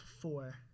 four